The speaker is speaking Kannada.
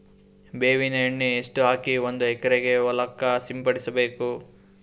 ಬೇವಿನ ಎಣ್ಣೆ ಎಷ್ಟು ಹಾಕಿ ಒಂದ ಎಕರೆಗೆ ಹೊಳಕ್ಕ ಸಿಂಪಡಸಬೇಕು?